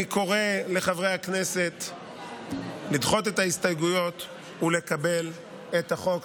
אני קורא לחברי הכנסת לדחות את ההסתייגויות ולקבל את החוק.